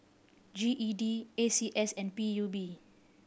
G E D A C S and P U B